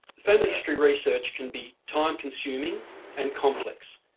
family history research can be time consuming and complex.